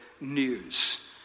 news